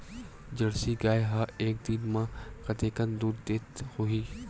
Jersey गाय ह एक दिन म कतेकन दूध देत होही?